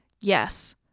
Yes